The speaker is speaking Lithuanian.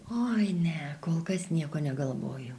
oi ne kol kas nieko negalvoju